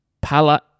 Pala